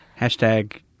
Hashtag